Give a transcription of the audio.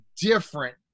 different